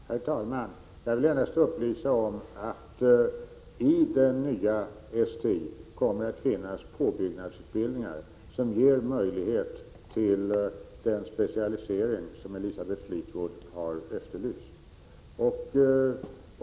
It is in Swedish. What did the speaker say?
Herr talman! Jag vill endast upplysa om att vid det nya STI kommer att finnas påbyggnadsutbildningar som ger möjlighet till den specialisering som Elisabeth Fleetwood har efterlyst.